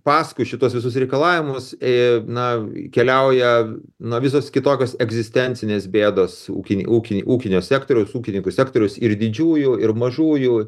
paskui šituos visus reikalavimus ė na keliauja na visos kitokios egzistencinės bėdos ūkiniai ūkiniai ūkinio sektoriaus ūkininkų sektorius ir didžiųjų ir mažųjų